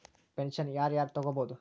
Pension ಯಾರ್ ಯಾರ್ ತೊಗೋಬೋದು?